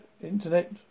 internet